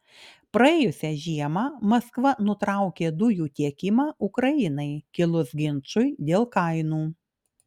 praėjusią žiemą maskva nutraukė dujų tiekimą ukrainai kilus ginčui dėl kainų